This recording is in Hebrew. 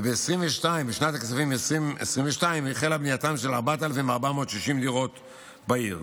ובשנת הכספים 2022 החלה בנייתן של 4,460 דירות בעיר.